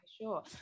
sure